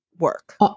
work